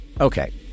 Okay